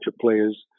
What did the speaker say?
players